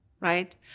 right